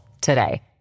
today